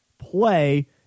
play